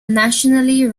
nationally